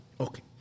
Okay